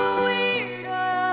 weirdo